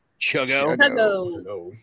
Chuggo